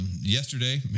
Yesterday